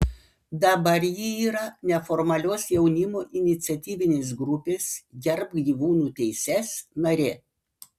dabar ji yra neformalios jaunimo iniciatyvinės grupės gerbk gyvūnų teises narė